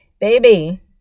baby